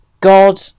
God